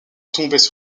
tombaient